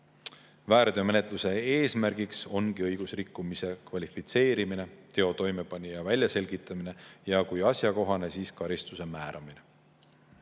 Väärteomenetluse eesmärk ongi õigusrikkumise kvalifitseerimine, teo toimepanija väljaselgitamine ja kui on asjakohane, siis karistuse määramine.